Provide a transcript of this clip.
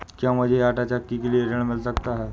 क्या मूझे आंटा चक्की के लिए ऋण मिल सकता है?